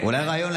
אולי רעיון,